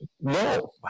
no